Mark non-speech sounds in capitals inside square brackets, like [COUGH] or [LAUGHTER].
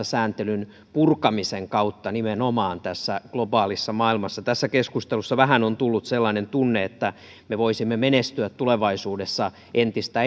[UNINTELLIGIBLE] sääntelyn purkamisen kautta tässä globaalissa maailmassa tässä keskustelussa vähän on tullut sellainen tunne että me voisimme menestyä tulevaisuudessa entistä [UNINTELLIGIBLE]